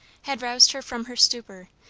had roused her from her stupor,